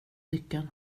lyckan